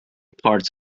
parts